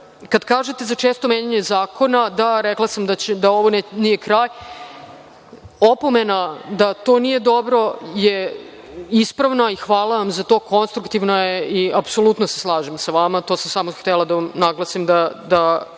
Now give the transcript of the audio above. kažete za često menjanje zakona, da, rekla sam da ovo nije kraj. Opomena da to nije dobro je ispravna i hvala vam za to, konstruktivno je i apsolutno se slažem sa vama, to sam samo htela da vam naglasim da